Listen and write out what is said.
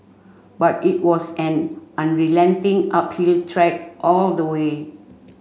but it was an unrelenting uphill trek all the way